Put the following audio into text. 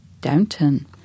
downton